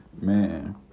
Man